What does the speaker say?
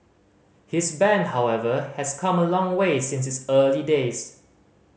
his band however has come a long way since its early days